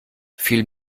viel